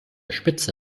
spitze